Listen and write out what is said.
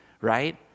Right